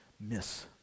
miss